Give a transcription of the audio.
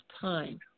time